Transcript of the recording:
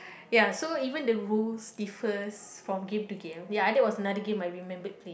ya so even the rules differs from game to game ya that was another game I remembered playing